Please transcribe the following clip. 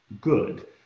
Good